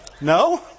No